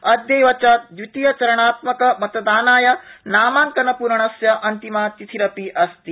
अधैव च द्वितीयचरणातमकमतदानाय नामांकनपूरणस्य अन्तिमा तिथिरपि अस्ति